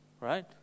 right